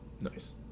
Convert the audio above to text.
Nice